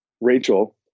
Rachel